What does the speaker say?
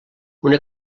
una